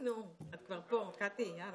אתה מכיר היטב את המשבר הקיים היום